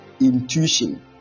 intuition